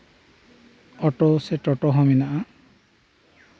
auto ᱥᱮ ᱴᱳᱴᱳ ᱢᱮᱱᱟᱜᱼᱟ